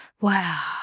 wow